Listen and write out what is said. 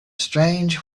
strange